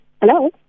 hello